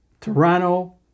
Toronto